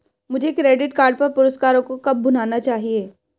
मुझे credit card पर पुरस्कारों को कब भुनाना चाहिए?